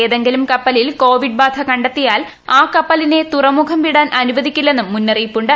ഏതെങ്കിലും കപ്പലിൽ കോവിഡ് ബാധ കണ്ടെത്തിയാൽ ആ കപ്പലിനെ തുറമുഖം വിടാൻ അനുവദിക്കില്ലെന്നും മുന്നറിയിപ്പുണ്ട്